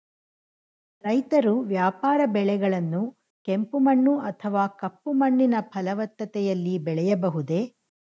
ರೈತರು ವ್ಯಾಪಾರ ಬೆಳೆಗಳನ್ನು ಕೆಂಪು ಮಣ್ಣು ಅಥವಾ ಕಪ್ಪು ಮಣ್ಣಿನ ಫಲವತ್ತತೆಯಲ್ಲಿ ಬೆಳೆಯಬಹುದೇ?